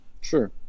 Sure